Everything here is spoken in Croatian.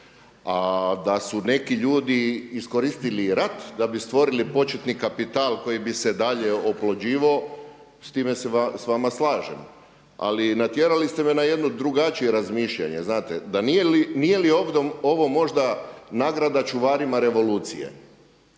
a da su neki ljudi iskoristili i rat da bi stvorili početni kapital koji bi se dalje oplođivao, s time se s vama slažem. Ali i natjerali ste me na jedno drugačije razmišljanje, znate, nije li ovo možda nagrada čuvarima revolucije.